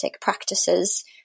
practices